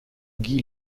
guy